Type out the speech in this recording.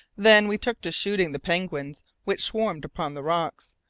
then we took to shooting the penguins which swarmed upon the rocks,